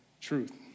truth